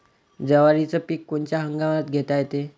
जवारीचं पीक कोनच्या हंगामात घेता येते?